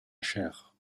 chère